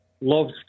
loves